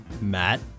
Matt